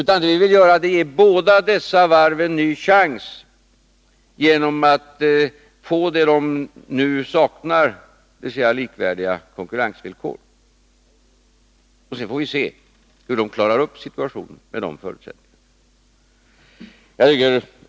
Vad vi vill göra är att ge båda dessa varv en ny chans genom att de får det de nu saknar, dvs. likvärdiga konkurrensvillkor. Sedan får vi se hur de klarar upp situationen med dessa förutsättningar.